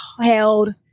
held